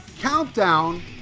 Countdown